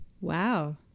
Wow